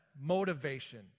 Motivation